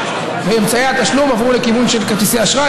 באמצעי התשלום עבר לכיוון של כרטיסי אשראי,